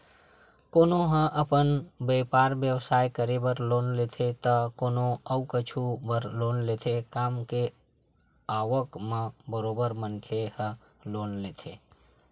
कोनो ह अपन बइपार बेवसाय करे बर लोन लेथे त कोनो अउ कुछु बर लोन लेथे काम के आवक म बरोबर मनखे ह लोन लेथे